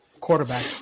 quarterback